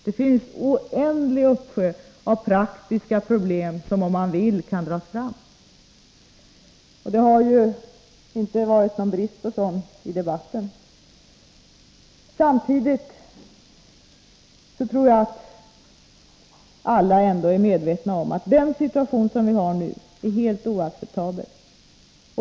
Det finns en oändlig uppsjö av praktiska problem som, om man så vill, kan dras fram — det har ju inte varit någon brist på sådana exempel i debatten. Samtidigt tror jag att alla ändå är medvetna om att den situation som vi nu har är helt oacceptabel.